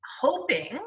hoping